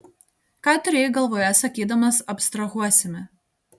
ką turėjai galvoje sakydamas abstrahuosime